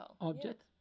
object